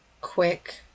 quick